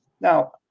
now